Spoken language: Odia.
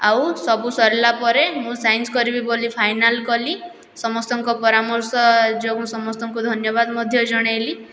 ଆଉ ସବୁ ସରିଲା ପରେ ମୁଁ ସାଇନ୍ସ କରିବି ବୋଲି ଫାଇନାଲ୍ କଲି ସମସ୍ତଙ୍କ ପରାମର୍ଶ ଯୋଗୁଁ ସମସ୍ତଙ୍କୁ ଧନ୍ୟବାଦ ମଧ୍ୟ ଜଣେଇଲି